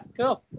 cool